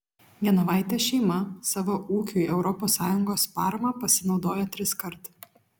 genovaitės šeima savo ūkiui europos sąjungos parama pasinaudojo triskart